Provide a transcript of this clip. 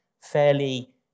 fairly